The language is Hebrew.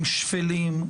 הם שפלים,